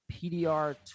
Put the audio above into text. PDR